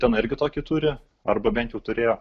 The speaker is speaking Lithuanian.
utena irgi tokį turi arba bent jau turėjo